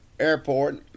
airport